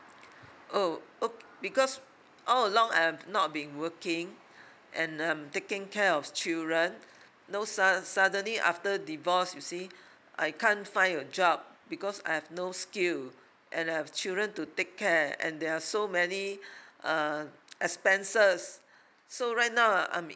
oh O because all along I've not been working and I'm taking care of children no sud~ suddenly after divorced you see I can't find a job because I have no skill and I have children to take care and there are so many uh expenses so right now I'm